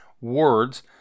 words